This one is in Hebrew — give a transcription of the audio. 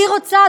אני רוצה,